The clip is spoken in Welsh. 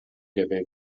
debyg